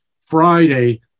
Friday